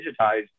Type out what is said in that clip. digitized